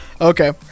okay